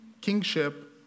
kingship